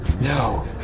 No